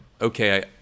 okay